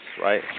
right